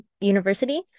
university